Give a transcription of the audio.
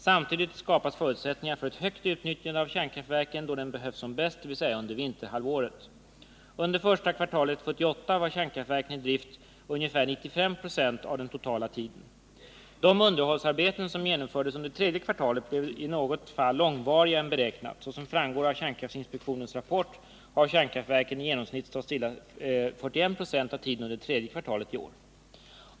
Samtidigt skapas förutsättningar för ett högt utnyttjande av kärnkraftverken då de behövs bäst, dvs. under vinterhalvåret. Under första kvartalet 1978 var kärnkraftverken i drift ungefär 95 926 av den totala tiden. De underhållsarbeten som genomfördes under tredje kvartalet blev i något fall långvarigare än beräknat. Såsom framgår av kärnkraftinspektionens rapport har kärnkraftverken i genomsnitt stått stilla 41 96 av tiden under tredje kvartalet i år.